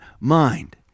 mind